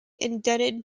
indebted